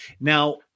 Now